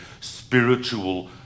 spiritual